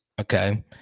okay